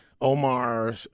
Omar